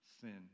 sin